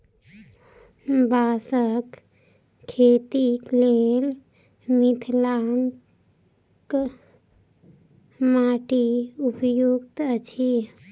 बाँसक खेतीक लेल मिथिलाक माटि उपयुक्त अछि